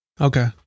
Okay